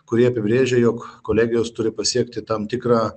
kurie apibrėžia jog kolegijos turi pasiekti tam tikrą